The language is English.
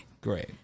great